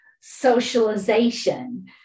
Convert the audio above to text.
socialization